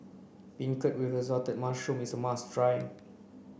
Beancurd with Assorted Mushrooms is a must try